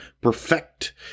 perfect